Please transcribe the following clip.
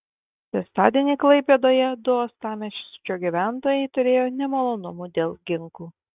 šeštadienį klaipėdoje du uostamiesčio gyventojai turėjo nemalonumų dėl ginklų